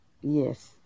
Yes